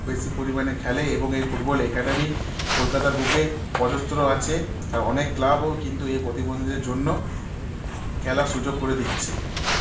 খুব বেশি পরিমানে খেলে এবং এই ফুটবল অ্যাকাডেমি কলকাতার বুকে অজস্র আছে আর অনেক ক্লাবও কিন্তু এই প্রতিবন্ধীদের জন্য খেলার সুযোগ করে দিচ্ছে